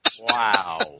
Wow